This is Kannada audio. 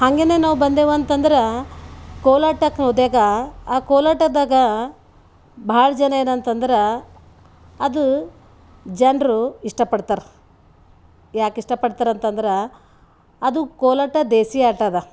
ಹಾಗೆನೇ ನಾವು ಬಂದೇವಂತಂದ್ರೆ ಕೋಲಾಟಕ್ಕೆ ಹೋದಾಗ ಆ ಕೋಲಾಟದಾಗ ಭಾಳ ಜನ ಏನಂತಂದ್ರೆ ಅದು ಜನರು ಇಷ್ಟಪಡ್ತಾರೆ ಯಾಕೆ ಇಷ್ಟಪಡ್ತಾರಂತಂದ್ರೆ ಅದು ಕೋಲಾಟ ದೇಸಿ ಆಟ ಅದ